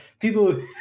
people